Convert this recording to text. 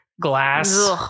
glass